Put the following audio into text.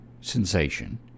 sensation